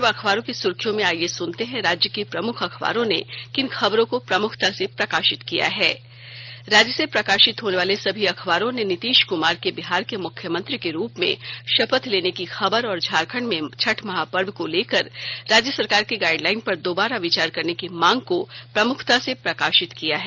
अखबारों की सुर्खियां आईये अब सुनते हैं राज्य के प्रमुख अखबारों ने किन खबरों को प्रमुखता से प्रकाशित किया है राज्य से प्रकाशित होने वाले सभी अखबारों ने नीतीश कुमार के बिहार के मुख्यमंत्री के रूप में शपथ लेने की खबर और झारखंड में छठ महापर्व को लेकर राज्य सरकार के गाइडलाइन पर दोबारा विचार करने की मांग को प्रमुखता से प्रकाशित किया गया है